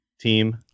team